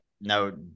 no